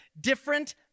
different